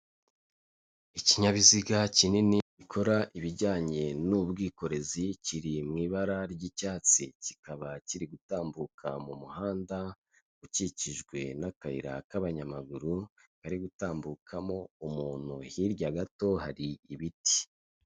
Ikinyabiziga kinini gikora ibijyanye n'ubwikorezi kiri mu ibara ry'icyatsi, kikaba kiri gutambuka mu muhanda ukikijwe n'akayira k'abanyamaguru kari gutambukamo umuntu, hirya gato hari ibiti.